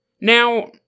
Now